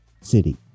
City